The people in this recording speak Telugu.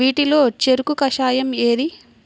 వీటిలో చెరకు కషాయం ఏది?